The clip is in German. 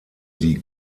die